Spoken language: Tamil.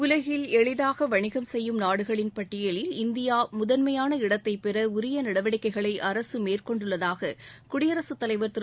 உலகில் எளிதாக வணிகம் செய்யும் நாடுகளின் பட்டியலில் இந்தியா முதன்மையான இடத்தைப்பெற உரிய நடவடிக்கைகளை அரசு மேற்கொண்டுள்ளதாக குடியரசுத் தலைவர் திரு